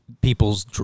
people's